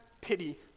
pity